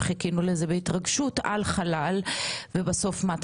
חיכינו לזה בהתרגשות רבה ובסוף מה,